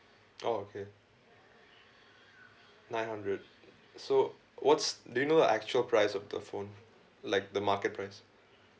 oh okay nine hundred so what's do you know the actual price of the phone like the market price